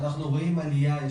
אנחנו רואים עלייה,